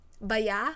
Baya